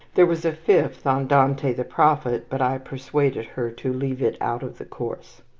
there was a fifth on dante, the prophet, but i persuaded her to leave it out of the course.